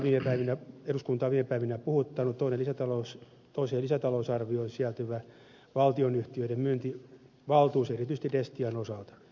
eduskuntaa on viime päivinä puhuttanut toiseen lisätalousarvioon sisältyvä valtionyhtiöiden myyntivaltuus erityisesti destian osalta